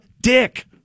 dick